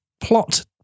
plot